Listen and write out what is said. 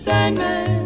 Sandman